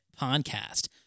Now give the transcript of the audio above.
podcast